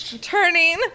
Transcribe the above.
turning